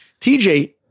TJ